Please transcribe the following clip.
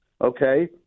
Okay